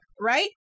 right